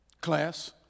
class